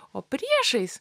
o priešais